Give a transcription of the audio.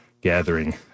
gathering